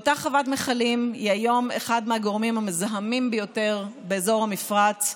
אותה חוות מכלים היא היום אחד הגורמים המזהמים ביותר באזור המפרץ.